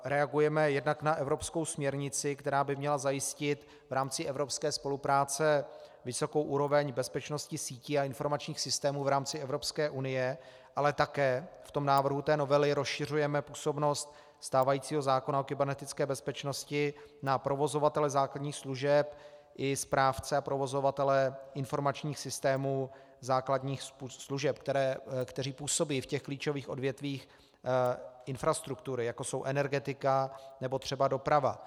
Reagujeme jednak na evropskou směrnici, která by měla zajistit v rámci evropské spolupráce vysokou úroveň bezpečnosti sítí a informačních systémů v rámci Evropské unie, ale také v návrhu té novely rozšiřujeme působnost stávajícího zákona o kybernetické bezpečnosti na provozovatele základních služeb i správce a provozovatele informačních systémů základních služeb, kteří působí v těch klíčových odvětvích infrastruktury, jako jsou energetika nebo třeba doprava.